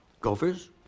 Gophers